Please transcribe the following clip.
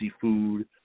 food